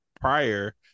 prior